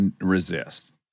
resist